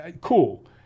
cool